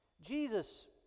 Jesus